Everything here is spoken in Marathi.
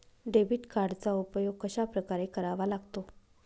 डेबिट कार्डचा उपयोग कशाप्रकारे करावा लागतो?